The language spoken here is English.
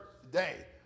today